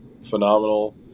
phenomenal